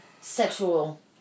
sexual